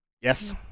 Yes